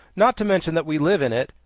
not to mention that we live in it,